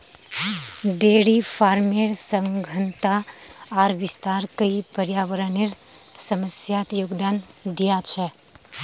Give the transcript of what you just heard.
dairy farmer सघनता आर विस्तार कई पर्यावरनेर समस्यात योगदान दिया छे